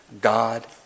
God